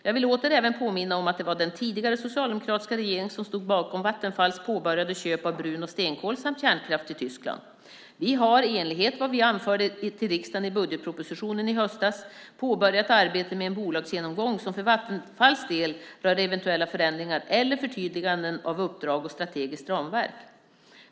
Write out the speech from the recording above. Jag vill åter även påminna om att det var den tidigare socialdemokratiska regeringen som stod bakom Vattenfalls påbörjade köp av brun och stenkol samt kärnkraft i Tyskland. Vi har, i enlighet med vad vi anförde till riksdagen i budgetpropositionen i höstas, påbörjat arbetet med en bolagsgenomgång som för Vattenfalls del rör eventuella förändringar eller förtydliganden av uppdrag och strategiskt ramverk.